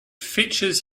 features